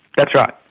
that's right.